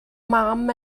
mam